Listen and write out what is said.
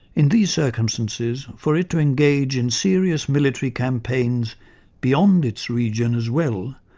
in these circumstances, for it to engage in serious military campaigns beyond its region as well,